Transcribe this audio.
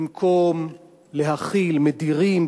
במקום להכיל, מדירים.